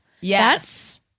Yes